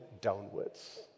downwards